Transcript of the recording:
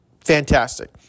Fantastic